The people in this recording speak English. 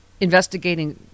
investigating